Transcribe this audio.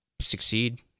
succeed